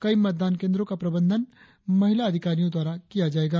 कई मतदान केंद्रों का प्रबंधन महिला अधिकारियों द्वारा किया जायेगा